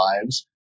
lives